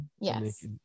Yes